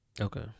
Okay